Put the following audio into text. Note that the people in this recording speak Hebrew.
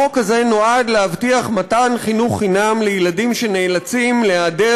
החוק הזה נועד להבטיח מתן חינוך חינם לילדים שנאלצים להיעדר